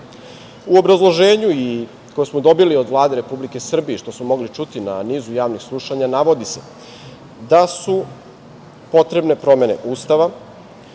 obrazloženju i koje smo dobili od Vlade Republike Srbije, što smo mogli čuti na nizu javnih slušanja, navodi se da su potrebne promene Ustava